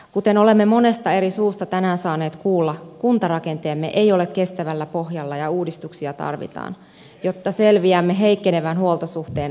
kuten olemme monesta eri suusta tänään saaneet kuulla kuntarakenteemme ei ole kestävällä pohjalla ja uudistuksia tarvitaan jotta selviämme heikkenevän huoltosuhteen aallosta